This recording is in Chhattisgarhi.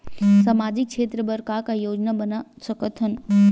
सामाजिक क्षेत्र बर का का योजना बना सकत हन?